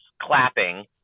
clapping